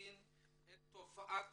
ולהקטין את תופעת